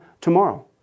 tomorrow